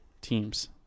teams